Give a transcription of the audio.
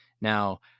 Now